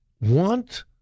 want